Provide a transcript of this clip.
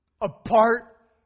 apart